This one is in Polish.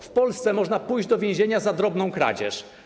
W Polsce można pójść do więzienia za drobną kradzież.